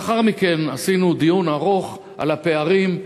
לאחר מכן קיימנו דיון ארוך על הפערים,